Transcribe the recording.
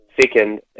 second